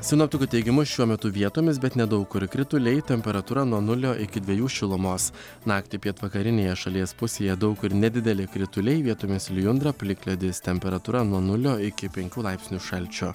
sinoptikų teigimu šiuo metu vietomis bet ne daug kur krituliai temperatūra nuo nulio iki dvejų šilumos naktį pietvakarinėje šalies pusėje daug kur nedideli krituliai vietomis lijundra plikledis temperatūra nuo nulio iki penkių laipsnių šalčio